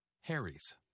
Harry's